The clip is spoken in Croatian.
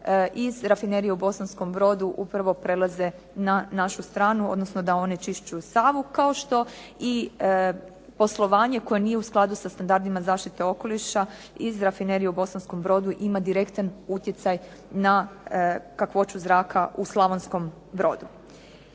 iz rafinerije u Bosanskom Brodu upravo prelaze na našu stranu, odnosno da onečišćuju Savu kao što i poslovanje koje nije u skladu sa standardima zaštite okoliša iz rafinerije u Bosanskom Brodu ima direktan utjecaj na kakvoću zraka u Slavonskom Brodu.